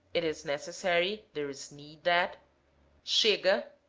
it is necessary, there is need that chega,